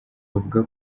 bavuga